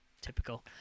typical